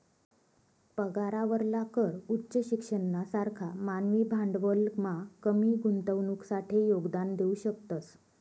पगारावरला कर उच्च शिक्षणना सारखा मानवी भांडवलमा कमी गुंतवणुकसाठे योगदान देऊ शकतस